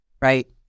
right